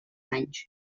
anys